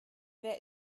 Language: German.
wer